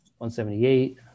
178